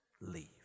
leave